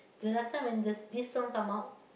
the last time when the this song come out